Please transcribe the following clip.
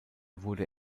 wurde